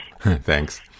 thanks